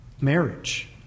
marriage